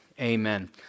amen